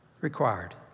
required